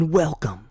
welcome